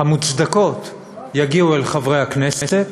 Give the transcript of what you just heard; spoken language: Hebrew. המוצדקות יגיעו אל חברי הכנסת